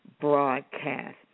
Broadcast